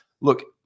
look